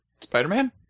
Spider-Man